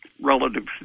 relative